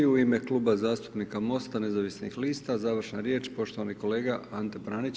U ime Kluba zastupnika Most-a nezavisnih lista, završna riječ poštovani kolega Ante Pranić.